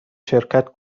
شرکت